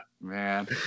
Man